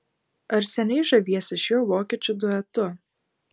ar seniai žaviesi šiuo vokiečių duetu